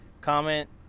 comment